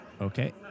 Okay